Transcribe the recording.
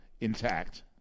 intact